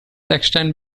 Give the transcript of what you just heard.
extend